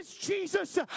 Jesus